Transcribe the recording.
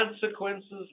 consequences